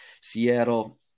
Seattle